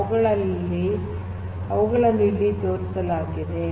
ಅವುಗಳನ್ನು ಇಲ್ಲಿ ತೋರಿಸಿದೆ